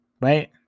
right